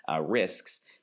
risks